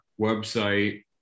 website